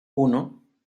uno